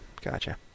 Gotcha